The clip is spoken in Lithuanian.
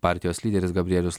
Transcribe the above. partijos lyderis gabrielius